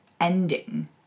ending